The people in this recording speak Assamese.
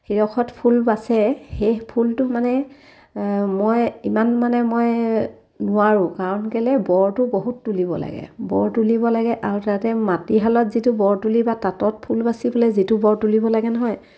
শিৰখত ফুল বাচে সেই ফুলটো মানে মই ইমান মানে মই নোৱাৰোঁ কাৰণ কেলৈ বৰটো বহুত তুলিব লাগে বৰ তুলিব লাগে আৰু তাতে মাটিশালত যিটো বৰ তুলি বা তাঁতত ফুল বাচিবলৈ যিটো বৰ তুলিব লাগে নহয়